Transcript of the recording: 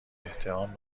احترام